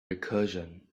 recursion